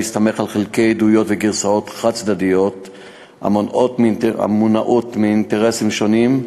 המסתמך על חלקי עדויות וגרסאות חד-צדדיות המונעות מאינטרסים שונים,